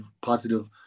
positive